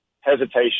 hesitation